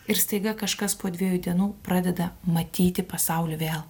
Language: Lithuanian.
ir staiga kažkas po dviejų dienų pradeda matyti pasaulį vėl